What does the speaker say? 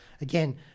Again